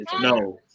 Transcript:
no